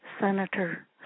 Senator